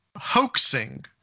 hoaxing